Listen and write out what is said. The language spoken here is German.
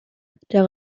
der